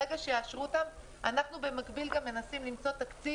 ברגע שיאשרו אותם אנחנו במקביל גם מנסים למצוא תקציב,